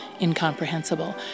incomprehensible